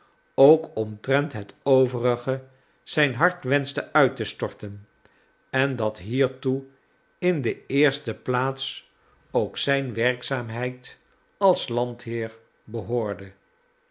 ook omtrent het overige zijn hart wenschte uit te storten en dat hiertoe in de eerste plaats ook zijn werkzaamheid als landheer behoorde